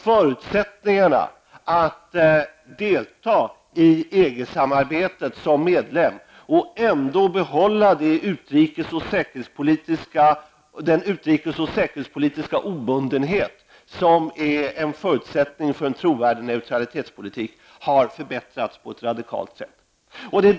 Möjligheten att delta i EG-samarbetet som medlem och ändå behålla den utrikes och säkerhetspolitiska obundenhet, som är en förutsättning för en trovärdig neutralitetspolitik har förbättrats på ett radikalt sätt.